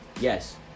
Yes